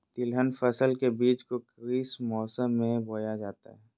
तिलहन फसल के बीज को किस मौसम में बोया जाता है?